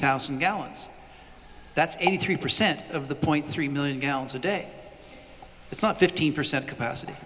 thousand gallons that's eighty three percent of the point three million gallons a day it's not fifteen percent capacity